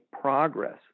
progress